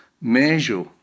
measure